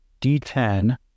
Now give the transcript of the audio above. D10